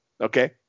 Okay